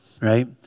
right